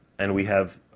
and we have,